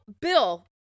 Bill